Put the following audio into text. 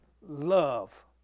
love